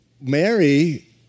Mary